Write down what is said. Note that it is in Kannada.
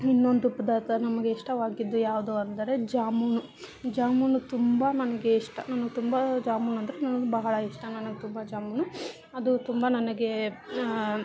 ಇನ್ನೊಂದು ಪದಾರ್ಥ ನಮಗೆ ಇಷ್ಟವಾಗಿದ್ದು ಯಾವುದು ಅಂದರೆ ಜಾಮೂನು ಜಾಮೂನು ತುಂಬ ನನಗೆ ಇಷ್ಟ ನನ್ಗೆ ತುಂಬ ಜಾಮೂನು ಅಂದರೆ ನನ್ಗೆ ಬಹಳ ಇಷ್ಟ ನನಗೆ ತುಂಬ ಜಾಮೂನು ಅದು ತುಂಬ ನನಗೆ